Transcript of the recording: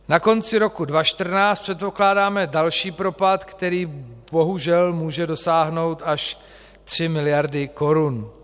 Na konci roku 2014 předpokládáme další propad, který bohužel může dosáhnout až 3 mld. korun.